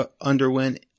underwent